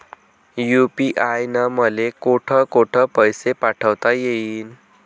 UPI न मले कोठ कोठ पैसे पाठवता येईन?